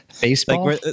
baseball